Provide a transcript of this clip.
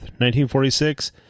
1946